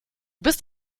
bist